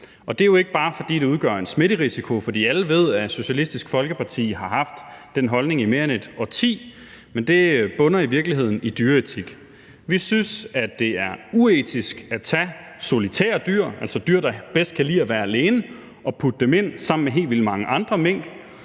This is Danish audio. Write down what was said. Og det er jo ikke bare, fordi det udgør en smitterisiko, for alle ved, at Socialistisk Folkeparti har haft den holdning i mere end et årti, men det bunder i virkeligheden i dyreetik. Vi synes, at det er uetisk at tage solitære dyr, altså dyr, der bedst kan lide at være alene, og putte dem ind sammen med helt vildt mange andre mink.